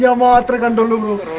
so mall but and